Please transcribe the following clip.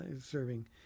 serving